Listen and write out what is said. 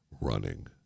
running